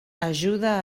ajuda